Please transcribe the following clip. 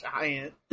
giant